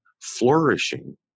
flourishing